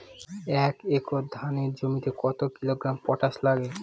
এক একর ধানের জমিতে কত কিলোগ্রাম পটাশ লাগে?